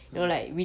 ah